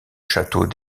château